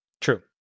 True